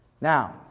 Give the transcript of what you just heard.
Now